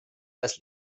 als